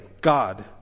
God